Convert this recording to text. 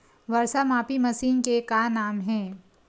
वर्षा मापी मशीन के का नाम हे?